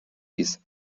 dies